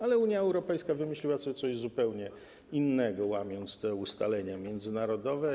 Ale Unia Europejska wymyśliła sobie coś zupełnie innego, łamiąc te ustalenia międzynarodowe.